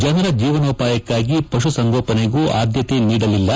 ಜನರ ಜೀವನೋಪಾಯಕ್ಕಾಗಿ ಪಶು ಸಂಗೋಪನೆಗೂ ಆದ್ದತೆ ನೀಡಲಿಲ್ಲ